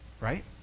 Right